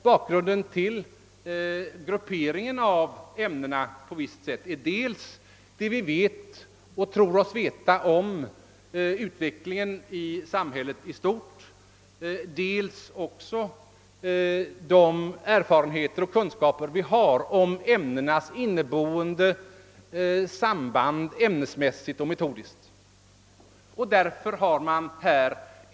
Bakgrunden till den gjorda ämnesgrupperingen av ämnen är dels vad vi vet och tror oss veta om utvecklingen i samhället i stort, dels de erfarenheter och kunskaper vi har om ämnenas inneboende samband innehållsmässigt och metodiskt.